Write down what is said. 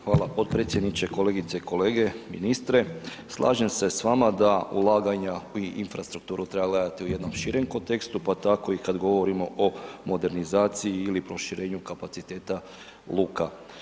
Hvala podpredsjedniče, kolegice i kolege, ministre slažem se s vama da ulaganja u infrastrukturu treba gledati u jednom širem kontekstu, pa tako i kada govorimo o modernizaciji ili proširenju kapaciteta luka.